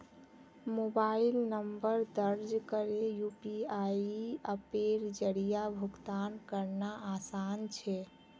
mobile number दर्ज करे UPI अप्पेर जरिया भुगतान करना आसान छे